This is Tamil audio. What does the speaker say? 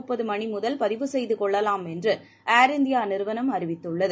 முப்பது மணி முதல் முன்பதிவு செய்து கொள்ளலாம் என்று ஏர் இந்தியா நிறுவளம் அறிவித்துள்ளது